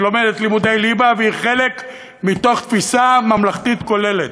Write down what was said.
שהיא לומדת לימודי ליבה והיא חלק מתוך תפיסה ממלכתית כוללת?